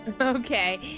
Okay